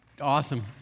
Awesome